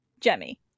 Jemmy